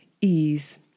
ease